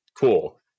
cool